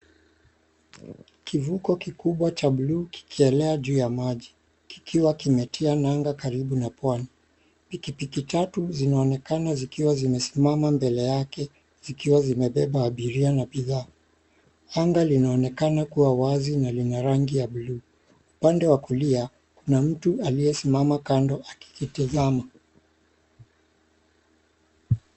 Kivuko kikubwa cha bluu kikielea juu ya maji, kikiwa kimetia nagnga karibu na pwani. Pikipiki tatu zinaonekana zikiwa zimesimama mbele yake zikiwa zimebeba abiria na bidhaa. Anga linaonekana kuwa wazi na lina rangi ya bluu. Upande wa kulia, kuna mtu aliyesimama kando akikitizama.